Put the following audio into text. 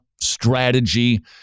strategy